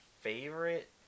favorite